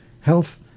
health